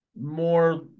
more